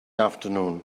afternoon